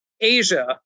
Asia